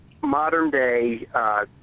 modern-day